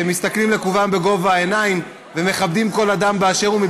שמסתכלים לכולם בגובה העיניים ומכבדים כל אדם באשר הוא,